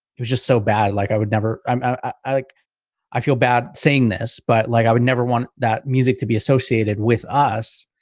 it was just so bad. like i would never um i like i feel bad saying this, but like, i would never want that music to be associated with us.